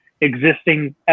existing